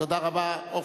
תודה רבה.